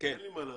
אין לי מה לעשות.